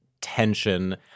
tension